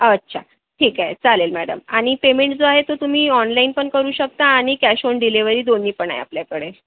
अच्छा ठीक आहे चालेल मॅडम आणि पेमेंट जो आहे तो तुम्ही ऑनलाईन पण करू शकता आणि कॅश ऑन डिलेव्हरी दोन्ही पण आहे आपल्याकडे